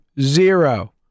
zero